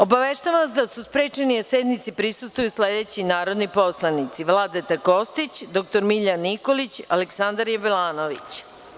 Obaveštavam vas da su sprečeni da sednici prisustvuju sledeći narodni poslanici: Vladeta Kostić, dr Miljan Nikolić i Aleksandar Jablanović.